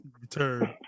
return